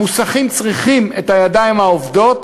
המוסכים צריכים את הידיים העובדות,